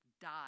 died